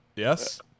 Yes